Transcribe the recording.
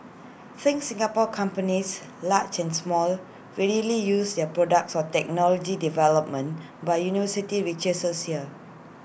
think Singapore companies large and small readily use their products or technology development by university researchers here